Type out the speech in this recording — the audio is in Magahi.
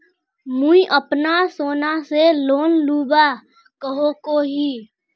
मुई अपना सोना से लोन लुबा सकोहो ही?